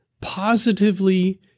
positively